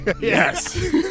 yes